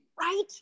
right